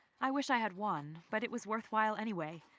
i wish i had one, but it was worthwhile anyway.